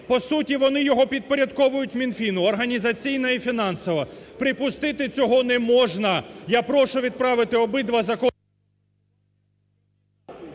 По суті вони його підпорядковують Мінфіну організаційно і фінансово. Припустити цього неможна. Я прошу відправити обидва закони…